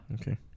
Okay